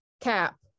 cap